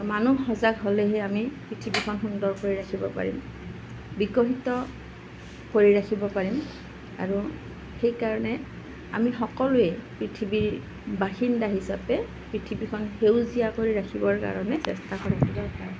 মানুহ সজাগ হ'লেহে আমি পৃথিৱীখন সুন্দৰকৈ ৰাখিব পাৰিম বিকশিত কৰি ৰাখিব পাৰিম আৰু সেই কাৰণে আমি সকলোৱেই পৃথিৱীৰ বাসিন্দা হিচাপে পৃথিৱীখন সেউজীয়া কৰি ৰাখিবৰ কাৰণে চেষ্টা কৰাটো দৰকাৰ